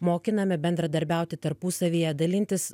mokiname bendradarbiauti tarpusavyje dalintis